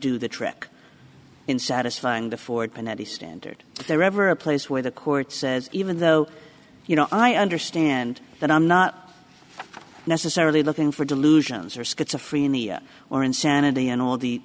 do the trick in satisfying the forward pinetti standard there ever a place where the court says even though you know i understand that i'm not necessarily looking for delusions or schizophrenia or insanity and all the